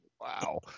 Wow